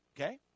Okay